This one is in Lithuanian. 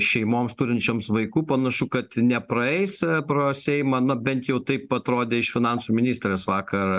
šeimoms turinčioms vaikų panašu kad nepraeis pro seimą na bent jau taip atrodė iš finansų ministrės vakar